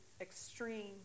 extreme